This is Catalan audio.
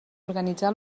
organitzà